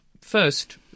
first